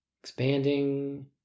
expanding